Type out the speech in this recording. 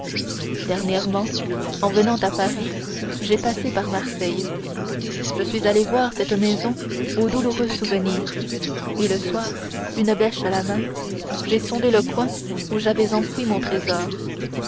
dernièrement en venant à paris j'ai passé par marseille je suis allé voir cette maison aux douloureux souvenirs et le soir une bêche à la main j'ai sondé le coin où j'avais enfoui mon trésor